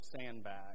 sandbag